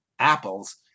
apples